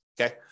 Okay